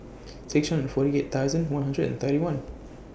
six hundred and forty eight thousand one hundred and thirty one